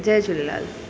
Jay Jhulelal